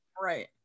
right